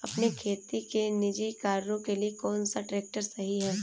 अपने खेती के निजी कार्यों के लिए कौन सा ट्रैक्टर सही है?